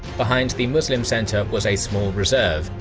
behind the muslim centre was a small reserve,